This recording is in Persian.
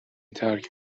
ترک